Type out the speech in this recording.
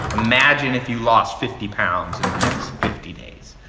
imagine if you lost fifty pounds in the next fifty days.